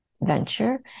venture